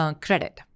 credit